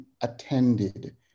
attended